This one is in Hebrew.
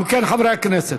אם כן, חברי הכנסת,